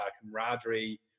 camaraderie